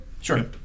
sure